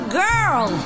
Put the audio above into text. girl